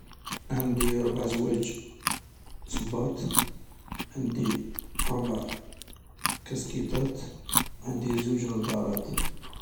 ﻿عندي ربع زواج صباط، عندي ربع كاسكيطات و عندي زوج نظارات.